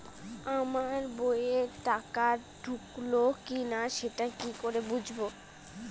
আমার বইয়ে টাকা ঢুকলো কি না সেটা কি করে বুঝবো?